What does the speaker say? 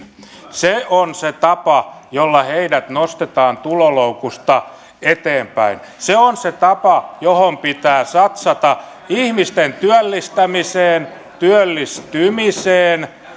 se on se tapa jolla heidät nostetaan tuloloukusta eteenpäin se on se tapa johon pitää satsata ihmisten työllistämiseen työllistymiseen